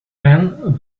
then